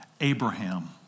Abraham